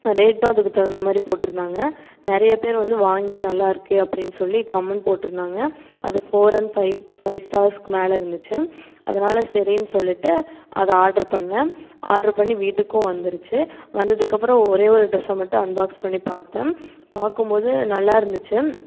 ரேட்டும் அதுக்கு தகுந்த மாதிரி போட்டு இருந்தாங்க நிறைய பேர் வந்து வாங்கி நல்லாயிருக்கு அப்படினு சொல்லி கமெண்ட் போட்டு இருந்தாங்க அது ஃபோர் அண்ட் ஃபைவ் ஃபைவ் ஸ்டார்ஸுக்கு மேல் இருந்துச்சு அதனால சரினு சொல்லிவிட்டு அது ஆர்டர் பண்ணேன் ஆர்டர் பண்ணி வீட்டுக்கும் வந்துடுச்சி வந்ததுக்கு அப்புறம் ஒரே ஒரு டிரெஸ்ஸை மட்டும் அன்பாக்ஸ் பண்ணி பாத்தேன் பார்க்கும் போது நல்லா இருந்துச்சு